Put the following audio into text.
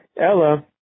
Ella